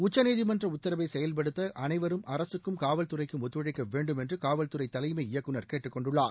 உச்சநீதிமன்றம் உத்தரவை செயல்படுத்த அனைவரும் அரசுக்கும் காவல்துறைக்கும் ஒத்துழைக்க வேண்டும் என்று காவல்துறை தலைமை இயக்குநர் கேட்டுக்கொண்டுள்ளார்